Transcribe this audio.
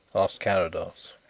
asked carrados.